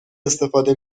استفاده